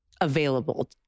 available